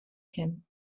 him